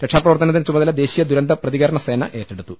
രക്ഷാപ്രവർത്തന ത്തിന്റെ ചുമതല ദേശീയ ദുരന്ത പ്രതികരണ സേന ഏറ്റെടുത്തു